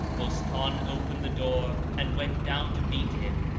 bostan opened the door and went down to beat him,